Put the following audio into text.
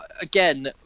Again